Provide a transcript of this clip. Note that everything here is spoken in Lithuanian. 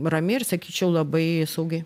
rami ir sakyčiau labai saugi